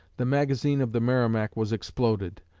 the magazine of the merrimac was exploded,